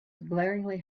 glaringly